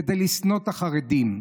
כדי לשנוא את החרדים.